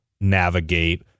navigate